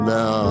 Now